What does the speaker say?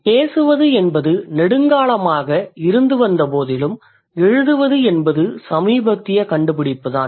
பேசுவது என்பது நெடுங்காலமாக இருந்துவந்த போதிலும் எழுதுவது என்பது சமீபத்திய கண்டுபிடிப்புதான்